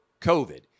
COVID